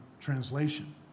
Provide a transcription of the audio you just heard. translation